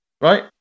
right